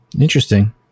Interesting